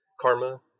karma